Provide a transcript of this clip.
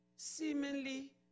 seemingly